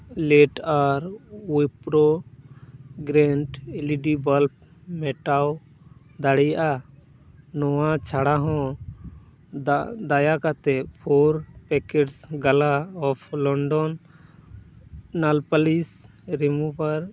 late ᱟᱨ ᱩᱭ ᱯᱨᱳ ᱜᱨᱮᱱᱰ ᱮᱞ ᱤ ᱰᱤ ᱵᱟᱞᱵ ᱢᱮᱴᱟᱣ ᱫᱟᱲᱮᱭᱟᱜᱼᱟ ᱱᱚᱣᱟ ᱪᱷᱟᱲᱟ ᱦᱚᱸ ᱫᱟᱜ ᱫᱟᱭᱟᱠᱟᱛᱮ ᱯᱷᱳᱨ ᱯᱮᱠᱮᱴᱥ ᱜᱟᱞᱟ ᱚᱯᱷ ᱞᱚᱱᱰᱚᱱ ᱱᱮᱞ ᱯᱟᱞᱤᱥ ᱨᱮᱢᱩᱵᱷᱟᱨ